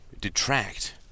detract